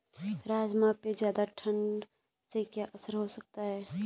राजमा पे ज़्यादा ठण्ड से क्या असर हो सकता है?